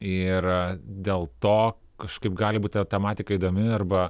ir dėl to kažkaip gali būt ir tematika įdomi arba